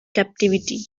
captivity